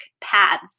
pads